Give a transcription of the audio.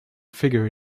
figure